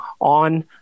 on